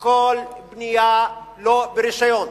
כל בנייה לא ברשיון.